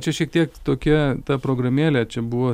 čia šiek tiek tokia ta programėlė čia buvo